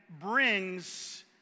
brings